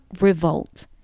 Revolt